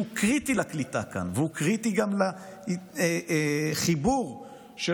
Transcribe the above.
שהוא קריטי לקליטה כאן והוא קריטי גם לחיבור של